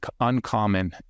uncommon